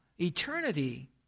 eternity